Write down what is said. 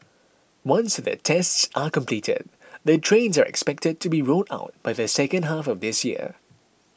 once the tests are completed the trains are expected to be rolled out by the second half of this year